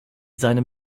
seinem